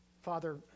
Father